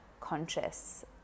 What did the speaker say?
conscious